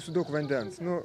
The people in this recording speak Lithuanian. su daug vandens nu